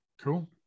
Cool